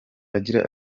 agira